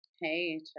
Hey